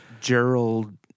Gerald